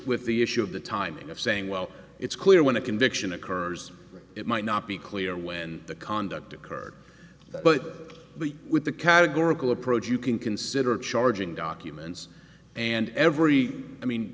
with the issue of the timing of saying well it's clear when a conviction occurs it might not be clear when the conduct occurred but with the categorical approach you can consider charging documents and every i mean